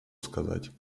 сказать